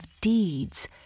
deeds